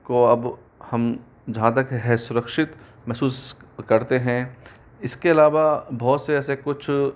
को अब हम यहाँ तक है सुरक्षित महसूस करते हैं इसके अलावा बहुत से ऐसे कुछ